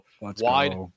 wide